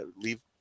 leave